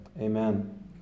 Amen